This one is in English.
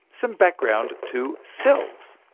some background to cells.